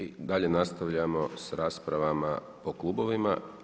I dalje nastavljamo sa raspravama po klubovima.